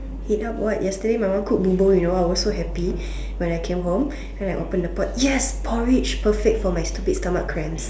heat up what yesterday my mum cook Bo Bo you know I was so happy when I came home then I open the pot yes porridge perfect for my stupid stomach cramp